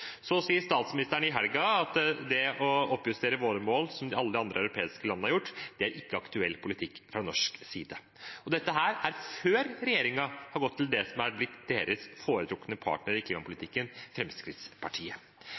Så sier statsministeren i helgen at det å oppjustere våre mål, som alle de andre europeiske landene har gjort, ikke er aktuell politikk fra norsk side. Dette er før regjeringen har gått til det som er blitt deres foretrukne partner i klimapolitikken, Fremskrittspartiet.